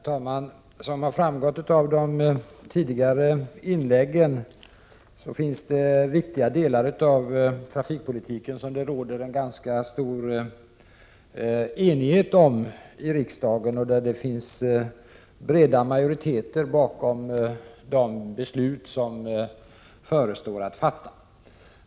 Herr talman! Som har framgått av de tidigare inläggen råder en ganska stor enighet i riksdagen om viktiga delar av trafikpolitiken. Där finns alltså en bred majoritet bakom de beslut som förestår.